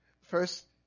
First